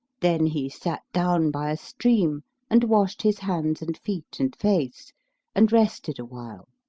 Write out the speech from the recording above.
then he sat down by a stream and washed his hands and feet and face and rested awhile